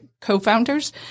co-founders